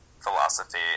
philosophy